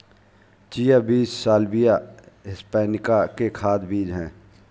chia बीज Salvia hispanica के खाद्य बीज हैं